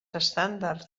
estàndards